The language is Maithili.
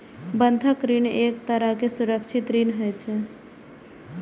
बंधक ऋण एक तरहक सुरक्षित ऋण होइ छै